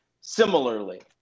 Similarly